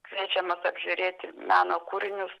kviečiamas apžiūrėti meno kūrinius